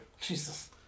Jesus